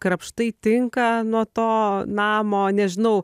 krapštai tinką nuo to namo nežinau